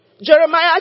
Jeremiah